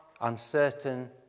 uncertain